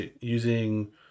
using